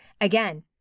again